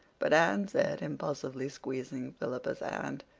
but anne said, impulsively squeezing philippa's hand,